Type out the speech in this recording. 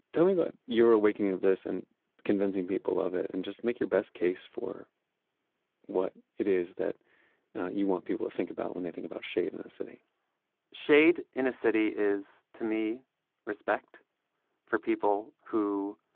tell me about your awakening of this and convincing people of it and just make your best case for what it is that you want people to think about when they think about shade in a city shade in a city is to me respect for people who